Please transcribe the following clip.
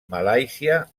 malàisia